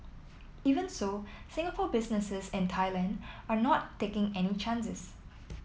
even so Singapore businesses in Thailand are not taking any chances